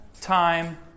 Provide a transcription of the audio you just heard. time